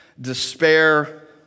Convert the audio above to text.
despair